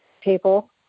people